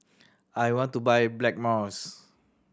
I want to buy Blackmores